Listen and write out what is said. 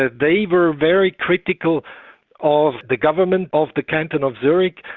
ah they were very critical of the government of the canton of zurich,